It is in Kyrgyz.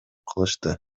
кылышты